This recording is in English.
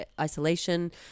isolation